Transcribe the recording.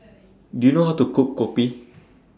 Do YOU know How to Cook Kopi